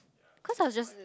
cause I was just